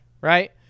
right